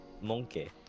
Monkey